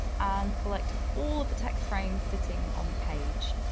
and select all of the text frame sitting on the page.